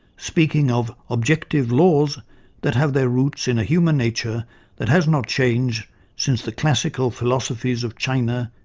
speaking of objective laws that have their roots in a human nature that has not changed since the classical philosophies of china,